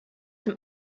dem